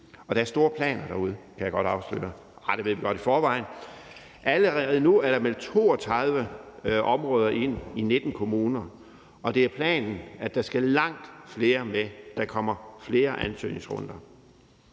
godt afsløre – nej, det ved vi godt i forvejen. Allerede nu er der meldt 32 områder ind i 19 kommuner, og det er planen, at der skal langt flere med; der kommer flere ansøgningsrunder.